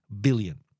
billion